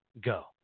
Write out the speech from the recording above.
Go